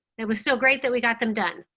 it was still great that we got them done,